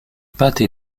pattes